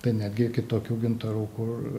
tai netgi iki tokių gintarų kur